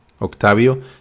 Octavio